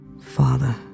Father